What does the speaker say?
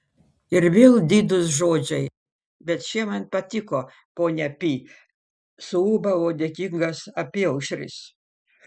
ir vėl didūs žodžiai bet šie man patiko ponia pi suūbavo dėkingas apyaušris